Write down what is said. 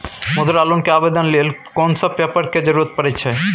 मुद्रा लोन के आवेदन लेल कोन सब पेपर के जरूरत परै छै?